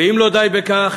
ואם לא די בכך,